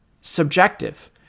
subjective